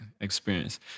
experience